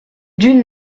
d’une